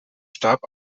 starb